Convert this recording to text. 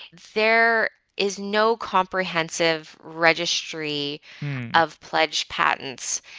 there is no comprehensive registry of pledged patents.